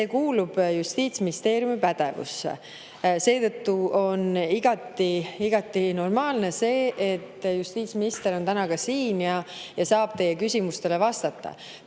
kuulub Justiitsministeeriumi pädevusse ja seetõttu on igati normaalne, et justiitsminister on ka täna siin ja saab teie küsimustele vastata.